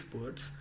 words